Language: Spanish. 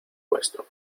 nuestro